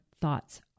thoughts